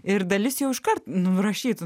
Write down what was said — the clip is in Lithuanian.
ir dalis jau iškart nurašytų